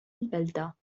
البلدة